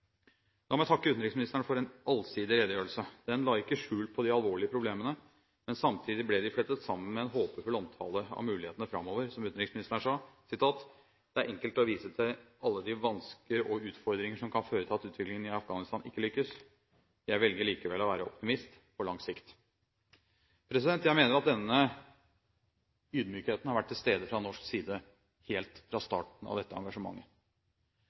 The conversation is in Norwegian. La meg takke utenriksministeren for en allsidig redegjørelse. Den la ikke skjul på de alvorlige problemene, men samtidig ble de flettet sammen med en håpefull omtale av mulighetene framover. Som utenriksministeren sa: «Det er enkelt å vise til alle de vansker og utfordringer som kan føre til at utviklingen av Afghanistan ikke lykkes. Jeg velger likevel å være optimist – på lang sikt.» Jeg mener at denne ydmykheten har vært til stede fra norsk side helt fra starten av dette engasjementet.